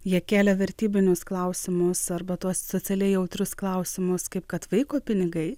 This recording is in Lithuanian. jie kėlė vertybinius klausimus arba tuos socialiai jautrus klausimus kaip kad vaiko pinigai